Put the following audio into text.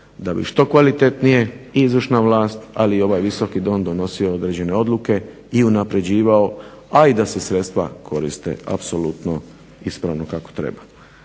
da bi što kvalitetnije i izvršna vlast ali i ovaj Visoki dom donosio određene odluke i unapređivao, a i da se sredstva koriste apsolutno ispravno kako treba.